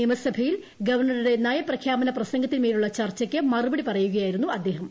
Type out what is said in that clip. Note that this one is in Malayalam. നിയമസഭയിൽ ഗവർണറുടെ നയപ്രഖ്യാപന പ്രസംഗത്തിൻമേലുള്ള ചർച്ചയ്ക്ക് മറുപടി പറയുകയായിരന്നു അദ്ദേഹം